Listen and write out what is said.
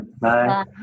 Bye